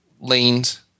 lanes